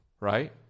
Right